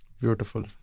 Beautiful